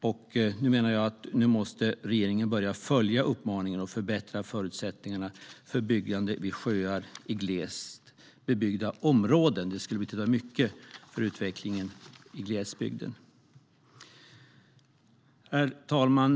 Jag menar att regeringen nu måste börja följa uppmaningen och förbättra förutsättningarna för byggande vid sjöar i glest bebyggda områden. Det skulle betyda mycket för utvecklingen i glesbygden. Herr talman!